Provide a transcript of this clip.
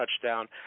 touchdown